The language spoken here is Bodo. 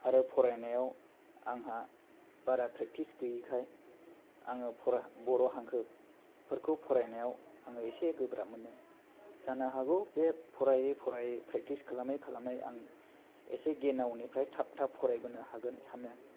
आरो फरायनायाव आंहा बारा फ्रेकथिस गोयैखाय आङो बर' हांखो फोरखौ फरायनायाव इसे गोब्राब मोनो जानो हागौ बे फरायै फरायै फ्रेकथिस खालामै खालामै आं इसे गेनावनिफ्राय थाब थाब फरायबोनो हागोन सानो